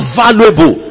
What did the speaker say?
valuable